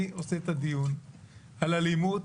אני עושה את הדיון על אלימות